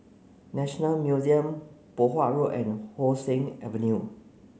National Museum Poh Huat Road and How Sun Avenue